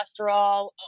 cholesterol